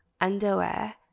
underwear